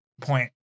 point